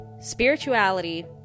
spirituality